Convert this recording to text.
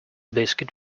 biscuit